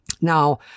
Now